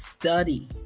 Study